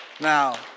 Now